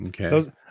Okay